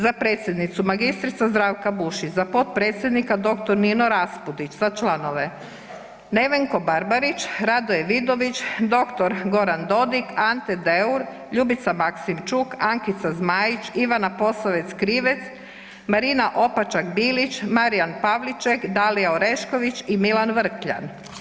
Za predsjednicu magistrica Zdravka Bušić, za potpredsjednika dr. Nino Raspudić, za članove: Nevenko Barbarić, Radoje Vidović, dr. Goran Dodig, Ante Deur, Ljubica Maksimčuk, Ankica Zmajić, Ivana Posavec Krivec, Marina Opačak Bilić, Marijan Pavliček, Dalija Orešković i Milan Vrkljan.